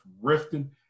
rifting